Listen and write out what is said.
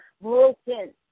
broken